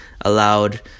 allowed